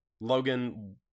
Logan